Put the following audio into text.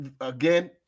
Again